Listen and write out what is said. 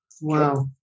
Wow